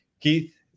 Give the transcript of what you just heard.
Keith